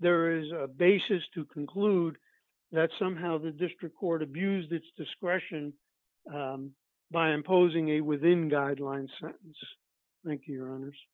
there is a basis to conclude that somehow the district court abused its discretion by imposing a within guidelines just like your hono